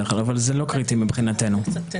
אבל מבחינתנו זה לא קריטי.